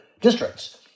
districts